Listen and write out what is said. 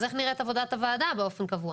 אז איך נראית עבודת הוועדה באופן קבוע?